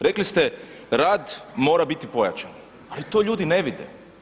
Rekli ste, rad mora biti pojačan, ali to ljudi ne vide.